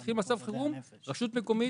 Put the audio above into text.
וכשמתחיל מצב חירום הרשות המקומית,